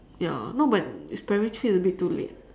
ya no but if primary three it's a bit too late